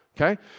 Okay